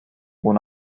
ohne